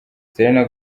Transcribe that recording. selena